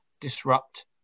disrupt